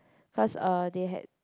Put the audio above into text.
cause err they had